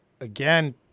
again